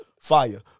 Fire